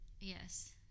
yes